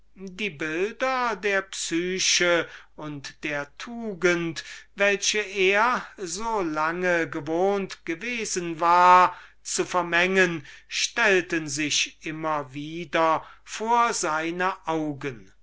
die bilder der psyche und der tugend welche er so lange gewohnt gewesen war zu vermengen stellten sich immer wieder vor seine augen